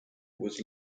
was